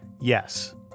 Yes